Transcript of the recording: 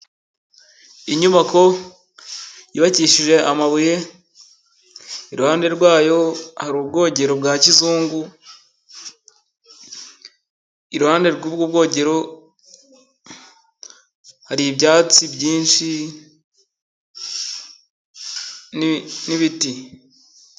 Inyubako yubakishije amabuye, iruhande rwayo hari ubwogero bwa kizungu, iruhande rw'ubwo bwogero hari ibyatsi byinshi n'ibiti.